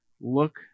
Look